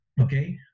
Okay